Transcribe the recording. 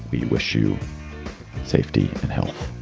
we wish you safety and health.